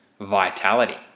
vitality